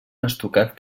estucat